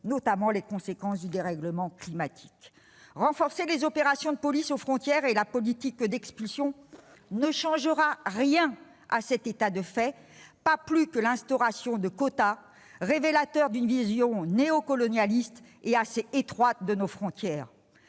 comme les conséquences du dérèglement climatique. Le fait de renforcer les opérations de police aux frontières et la politique d'expulsion ne changera rien à cet état de fait, pas plus que l'instauration de quotas révélateurs d'une vision néocolonialiste et assez étroite de nos frontières.